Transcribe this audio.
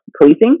policing